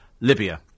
Libya